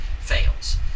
fails